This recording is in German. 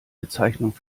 bezeichnung